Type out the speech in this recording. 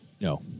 No